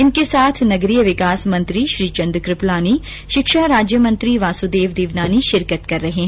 इनके साथ नगरीय विकास मंत्री श्रीचंद कृपलानी शिक्षा राज्य मंत्री वासुदेव देवनानी शिरकत कर रहे हैं